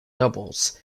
doubles